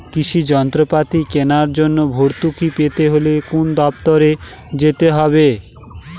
কৃষি যন্ত্রপাতি কেনার জন্য ভর্তুকি পেতে হলে কোন দপ্তরে যেতে হবে?